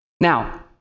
Now